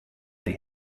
they